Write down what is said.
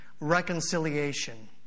Reconciliation